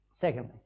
Secondly